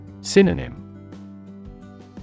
Synonym